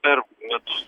per metus